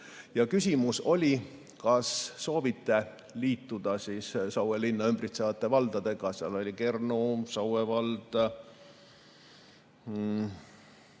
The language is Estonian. Küsimus oli, kas soovite liituda Saue linna ümbritsevate valdadega: Kernu, Saue,